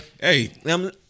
Hey